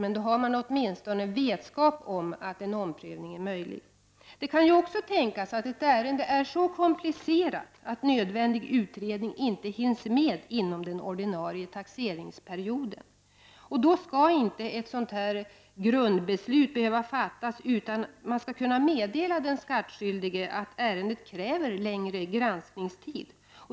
På så sätt har den skattskyldige åtminstone vetskap om att en omprövning är möjlig. Det kan ju också tänkas att ärende är så komplicerat att nödvändig utredning inte hinns med inom den ordinarie taxeringsperioden. Då skall inte ett grundbeslut behövas fattas, utan man skall kunna meddela den skattskyldige att ärendet kräver längre granskningstid.